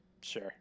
Sure